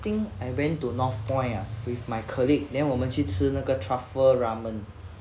I think I went to north point ah with my colleague then 我们去吃那个 truffle ramen